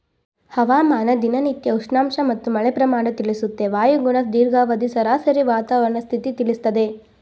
ಹವಾಮಾನ ದಿನನಿತ್ಯ ಉಷ್ಣಾಂಶ ಮತ್ತು ಮಳೆ ಪ್ರಮಾಣ ತಿಳಿಸುತ್ತೆ ವಾಯುಗುಣ ದೀರ್ಘಾವಧಿ ಸರಾಸರಿ ವಾತಾವರಣ ಸ್ಥಿತಿ ತಿಳಿಸ್ತದೆ